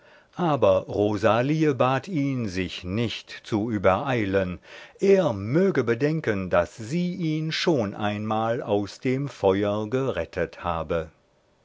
aber rosalie bat ihn sich nicht zu übereilen er möge bedenken daß sie ihn schon einmal aus dem feuer gerettet habe